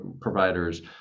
providers